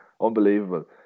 Unbelievable